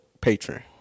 patron